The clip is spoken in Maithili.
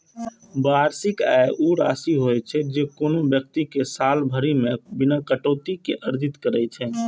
वार्षिक आय ऊ राशि होइ छै, जे कोनो व्यक्ति साल भरि मे बिना कटौती के अर्जित करै छै